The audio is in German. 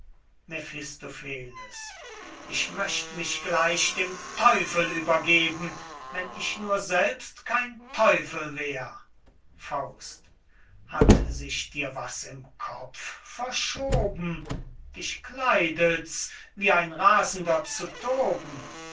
mephistopheles ich möcht mich gleich dem teufel übergeben wenn ich nur selbst kein teufel wär hat sich dir was im kopf verschoben dich kleidet's wie ein rasender zu toben